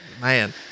Man